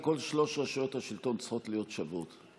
כי כל שלוש רשויות השלטון צריכות להיות שוות,